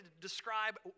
describe